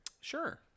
sure